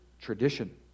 tradition